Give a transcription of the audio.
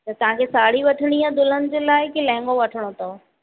त तव्हां खे साड़ी वठिणी आहे दुल्हन जे लाइ कि लहंॻो वठिणो अथव